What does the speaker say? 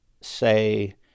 say